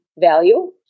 value